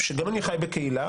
גם אני חי בקהילה,